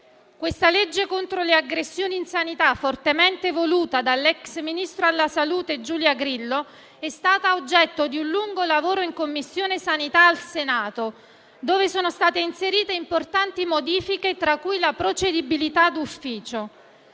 Questa legge contro le aggressioni in sanità, fortemente voluta dall'*ex* ministro alla salute Giulia Grillo, è stata oggetto di un lungo lavoro in Commissione sanità al Senato, dove sono state inserite importanti modifiche, tra cui la procedibilità d'ufficio.